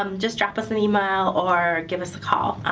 um just drop us an email or give us a call.